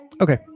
Okay